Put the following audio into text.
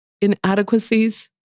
inadequacies